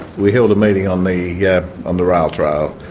we held a meeting on the yeah on the rail trail.